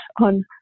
on